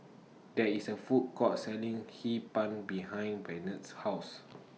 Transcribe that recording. There IS A Food Court Selling Hee Pan behind Barnett's House